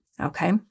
okay